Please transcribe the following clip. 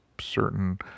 certain